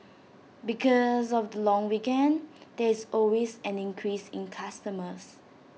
because of the long weekend there is always an increase in customers